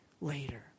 later